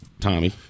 Tommy